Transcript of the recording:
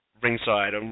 ringside